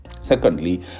Secondly